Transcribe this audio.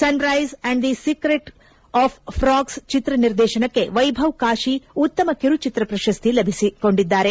sun rice and the secret of ಪ್ರಾಗ್ಲ್ ಚಿತ್ರ ನಿರ್ದೇಶನಕ್ಕೆ ವೈಭವ್ ಕಾಶಿ ಉತ್ತಮ ಕಿರುಚಿತ್ರ ಪ್ರಶಸ್ತಿ ಲಭಿಸಿದೆ